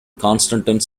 constantine